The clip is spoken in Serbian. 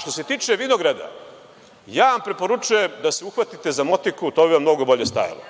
Što se tiče vinograda, ja vam preporučujem da se uhvatite za motiku, to bi vam mnogo bolje stajalo.